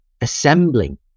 assembling